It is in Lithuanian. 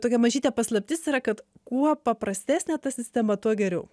tokia mažytė paslaptis yra kad kuo paprastesnė ta sistema tuo geriau